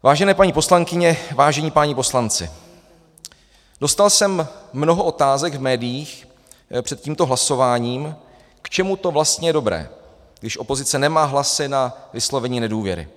Vážené paní poslankyně, vážení páni poslanci, dostal jsem mnoho otázek v médiích před tímto hlasováním, k čemu to vlastně je dobré, když opozice nemá hlasy na vyslovení nedůvěry.